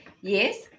yes